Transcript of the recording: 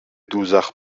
دوزخ